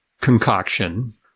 concoction